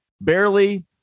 barely